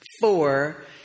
Four